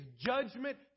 judgment